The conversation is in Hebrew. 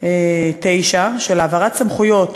9 של העברת סמכויות,